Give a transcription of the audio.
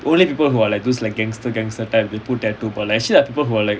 only people who are like those like gangster gangster type that put tattoo but like actually people who are like